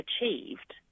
achieved